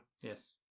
Yes